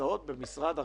נמצאות במשרד הרווחה.